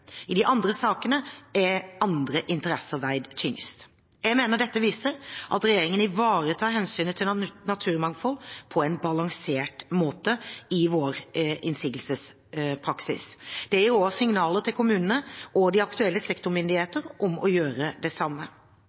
I de andre sakene har andre interesser veid tyngst. Jeg mener dette viser at regjeringen ivaretar hensynet til naturmangfold på en balansert måte i vår innsigelsespraksis. Det gir også signaler til kommunene og de aktuelle sektormyndighetene om å gjøre det samme.